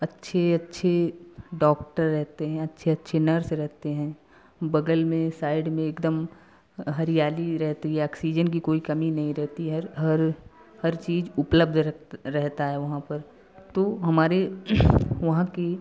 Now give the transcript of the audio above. अच्छे अच्छे डॉक्टर रहते हैं अच्छे अच्छे नर्स रहते हैं बगल में साइड में एकदम हरियाली रहती है आक्सीजन आक्सीजन की कोई कमी नहीं रहती है हर हर चीज उपलब्ध रहता है वहाँ पर तो हमारे वहाँ की